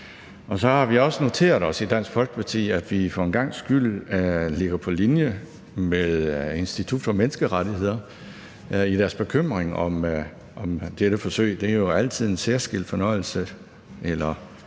Og så har vi også noteret os i Dansk Folkeparti, at vi for en gangs skyld ligger på linje med Institut for Menneskerettigheder i deres bekymring i forhold til dette forsøg. Det er jo altid en særskilt fornøjelse